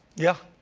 yeah.